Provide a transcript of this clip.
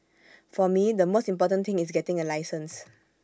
for me the most important thing is getting A license